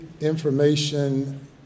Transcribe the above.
information